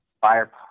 fire